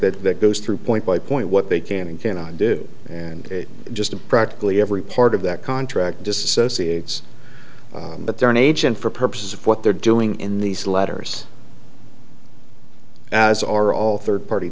contract that goes through point by point what they can and cannot do and just practically every part of that contract disassociates but they're an agent for purposes of what they're doing in these letters as are all third party